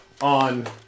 on